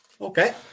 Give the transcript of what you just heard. Okay